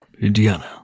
Indiana